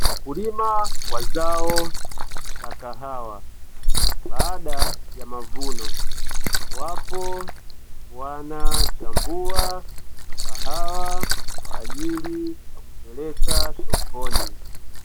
Wakulima wa zao la kahawa, baada ya mavuno, wapo wanachambua kahawa kwa ajili ya kupeleka sokoni.